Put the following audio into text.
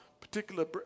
particular